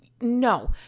no